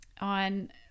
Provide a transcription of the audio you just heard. on